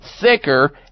thicker